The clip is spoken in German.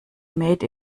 made